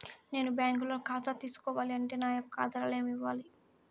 నేను బ్యాంకులో ఖాతా తీసుకోవాలి అంటే నా యొక్క ఆధారాలు ఏమి కావాలి?